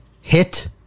Hit